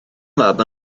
mab